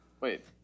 Wait